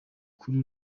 kuri